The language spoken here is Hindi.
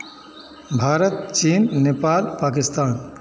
भारत चीन नेपाल पाकिस्तान